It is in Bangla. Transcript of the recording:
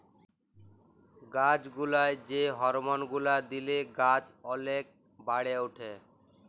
গাছ পালায় যে হরমল গুলা দিলে গাছ ওলেক বাড়ে উঠে